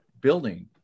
building